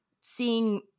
seeing